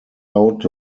out